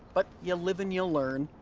but, you live and you learn.